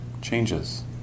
changes